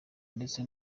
ndetse